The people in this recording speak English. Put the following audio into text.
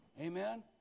Amen